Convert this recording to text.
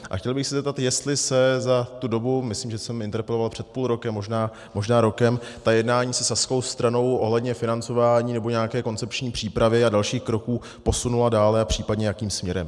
A chtěl bych se zeptat, jestli se za tu dobu myslím, že jsem interpeloval před půl rokem, možná rokem ta jednání se saskou stranou ohledně financování nebo nějaké koncepční přípravy a dalších kroků posunula dále a případně jakým směrem.